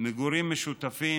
מגורים משותפים,